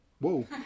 Whoa